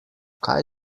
kaj